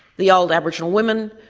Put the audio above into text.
the old aboriginal women,